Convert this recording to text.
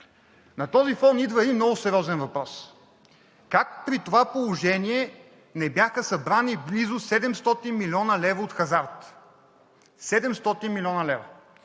На този фон идва един много сериозен въпрос: как при това положение не бяха събрани близо 700 млн. лв. от хазарт – 700 млн. лв.?!